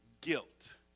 Guilt